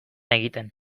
egiten